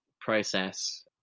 process